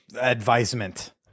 advisement